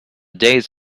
days